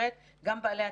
אין לי עניין אישי